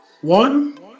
one